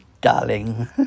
darling